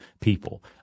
people